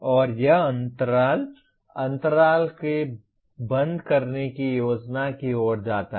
और यह अंतर अंतराल को बंद करने की योजना की ओर जाता है